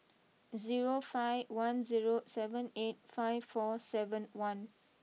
zero five one zero seven eight five four seven one